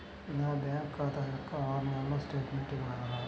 నా బ్యాంకు ఖాతా యొక్క ఆరు నెలల స్టేట్మెంట్ ఇవ్వగలరా?